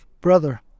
brother